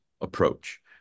approach